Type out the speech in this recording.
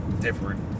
different